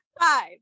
Five